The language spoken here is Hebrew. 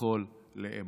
יכול לאמוד.